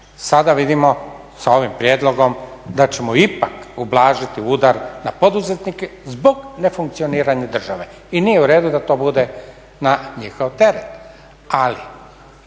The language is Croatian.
Sada vidimo sa ovim prijedlogom da ćemo ipak ublažiti udar na poduzetnike zbog nefunkcioniranja države i nije uredu da to bude na njihov teret. Ali